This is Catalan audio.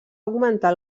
augmentar